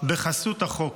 בחסות החוק,